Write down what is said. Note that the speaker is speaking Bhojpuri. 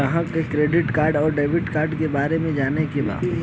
ग्राहक के क्रेडिट कार्ड और डेविड कार्ड के बारे में जाने के बा?